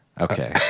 Okay